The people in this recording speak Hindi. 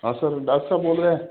हाँ सर डॉक्टर बोल रहे हैं